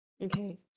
Okay